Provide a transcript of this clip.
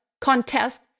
contest